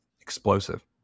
Explosive